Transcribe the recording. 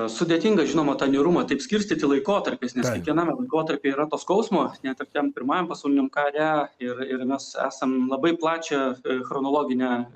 sudėtinga žinoma tą niūrumą taip skirstyti laikotarpiais nes kiekvienam laikotarpy yra to skausmo net ir tam pirmajam pasauliniam kare ir ir mes esam labai plačią chronologinę